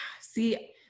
see